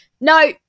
No